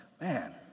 man